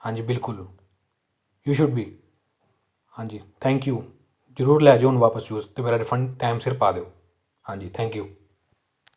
ਹਾਂਜੀ ਬਿਲਕੁਲ you should be ਹਾਂਜੀ ਥੈਂਕ ਯੂ ਜ਼ਰੂਰ ਲੈ ਜਿਓ ਹੁਣ ਵਾਪਸ ਸੂਜ਼ ਅਤੇ ਮੇਰਾ ਰਿਫੰਡ ਟਾਇਮ ਸਿਰ ਪਾ ਦਿਉ ਹਾਂਜੀ ਥੈਂਕ ਯੂ